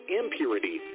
impurity